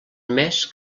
més